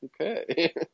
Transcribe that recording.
okay